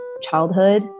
childhood